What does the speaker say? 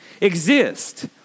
exist